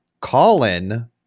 Colin